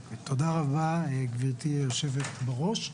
תודה רבה גבירתי היושבת בראש,